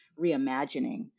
reimagining